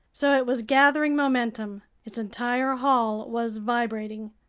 so it was gathering momentum. its entire hull was vibrating.